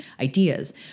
ideas